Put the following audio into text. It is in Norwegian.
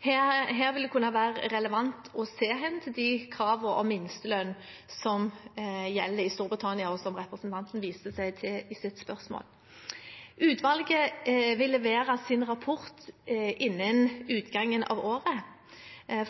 Her vil det kunne være relevant å se hen til kravene om minstelønn som gjelder i Storbritannia, som representanten viste til i sitt spørsmål. Utvalget vil levere sin rapport innen utgangen av året.